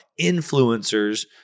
influencers